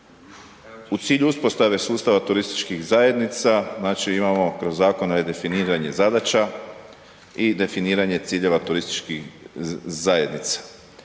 U cilju uspostave sustava turističkih zajednica, znači, imamo, kroz zakone je definiranje zadaća i definiranje ciljeva turističkih zajednica,